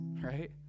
right